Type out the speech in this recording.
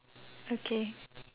okay